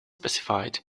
specified